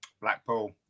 blackpool